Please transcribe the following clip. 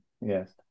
Yes